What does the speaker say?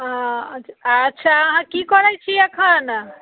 हँ अच्छा अहाँ की करैत छी एखन